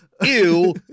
ew